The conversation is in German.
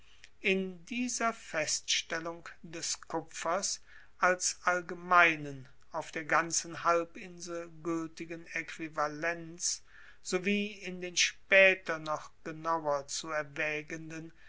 in dieser feststellung des kupfers als allgemeinen auf der ganzen halbinsel gueltigen aequivalents sowie in den spaeter noch genauer zu